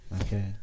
okay